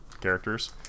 characters